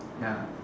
ya